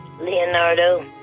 Leonardo